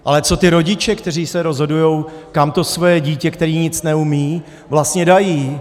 Ale co ti rodiče, kteří se rozhodují, kam to své dítě, které nic neumí, vlastně dají?